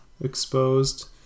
exposed